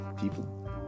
people